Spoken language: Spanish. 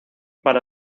para